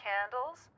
Candles